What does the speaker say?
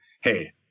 hey